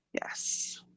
Yes